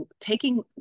taking